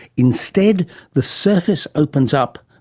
instead the surface opens up,